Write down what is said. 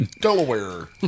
Delaware